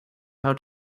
how